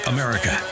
America